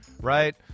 right